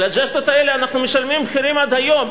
על הג'סטות האלה אנחנו משלמים מחירים עד היום,